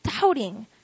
doubting